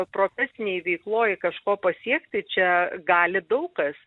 profesinėj veikloj kažko pasiekti čia gali daug kas